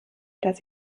dass